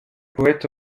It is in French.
poète